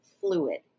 fluid